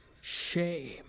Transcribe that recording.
shame